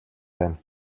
байна